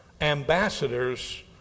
ambassadors